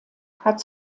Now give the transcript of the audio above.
hat